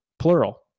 plural